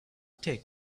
take